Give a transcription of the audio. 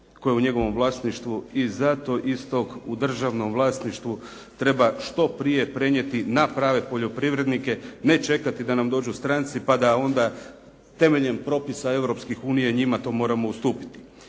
je u njegovom vlasništvu i zato istog u državnom vlasništvu treba što prije prenijeti na prave poljoprivrednike, ne čekati da nam dođu stranci pa da onda temeljem propisa Europske unije njima to moramo ustupiti.